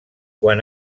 quan